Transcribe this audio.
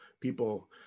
people